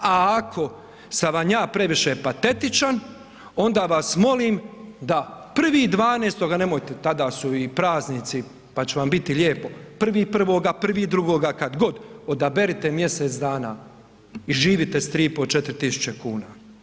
A ako sam vam ja previše patetičan, onda vas molim da 1.12., nemojte tada jer u i praznici pa će vam biti lijepo, 1.1., 1.2., kad god, odaberite mjesec dana i živite s 3500, 4000 kuna.